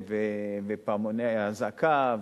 פעמוני אזעקה,